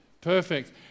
Perfect